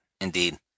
indeed